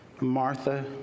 Martha